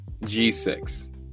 g6